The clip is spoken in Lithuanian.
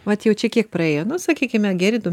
vat jau čia kiek praėjo na sakykime geri du